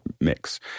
mix